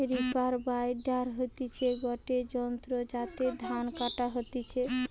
reaper binder হতিছে গটে যন্ত্র যাতে ধান কাটা হতিছে